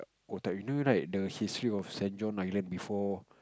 old type you know right the history of Saint-John Island before